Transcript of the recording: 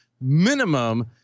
minimum